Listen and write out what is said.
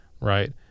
right